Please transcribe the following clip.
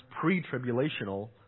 pre-tribulational